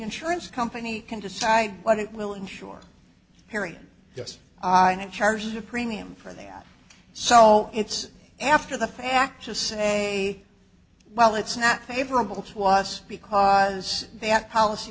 insurance company can decide what it will insure perry yes i am charged a premium for that so it's after the fact to say well it's not favorable to us because that policy